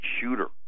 shooter